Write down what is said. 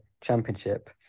championship